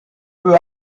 peu